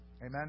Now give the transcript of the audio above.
Amen